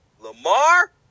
Lamar